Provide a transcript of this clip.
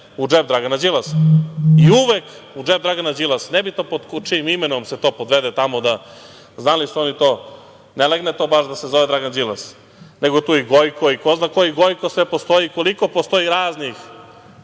u džep Dragana Đilasa, i uvek u džep Dragana Đilasa, nebitno pod čijim imenom se to podvede tamo, znali su oni to. Ne legne to baš da se zove Dragan Đilas, nego je tu i Gojko i ko zna koji Gojko sve postoji, koliko postoji razne